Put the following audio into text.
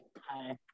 Hi